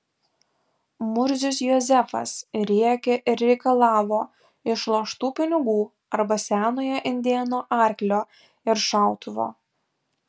murzius jozefas rėkė ir reikalavo išloštų pinigų arba senojo indėno arklio ir šautuvo